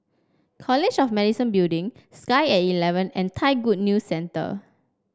college of Medicine Building Sky at eleven and Thai Good News Centre